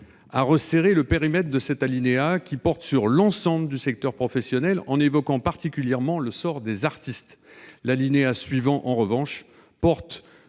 à resserrer le périmètre de cet alinéa, qui porte sur l'ensemble du secteur professionnel, en évoquant particulièrement le sort des artistes. L'alinéa suivant, en revanche, porte